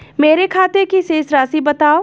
मेरे खाते की शेष राशि बताओ?